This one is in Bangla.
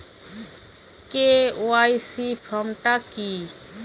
কে.ওয়াই.সি ফর্ম টা কি?